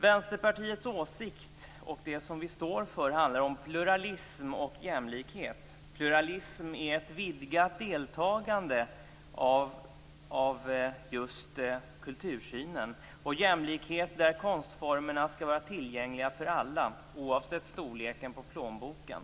Vänsterpartiets åsikt och det som vi står för handlar om pluralism och jämlikhet. Pluralism är ett vidgat deltagande i fråga om just kultursynen och jämlikhet där konstformerna skall vara tillgängliga för alla oavsett storleken på plånboken.